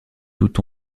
tout